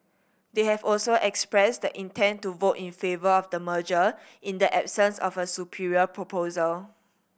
they have also expressed the intent to vote in favour of the merger in the absence of a superior proposal